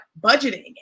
budgeting